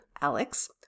Alex